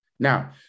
Now